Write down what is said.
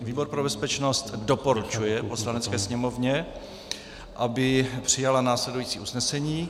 Výbor pro bezpečnost doporučuje Poslanecké sněmovně, aby přijala následující usnesení.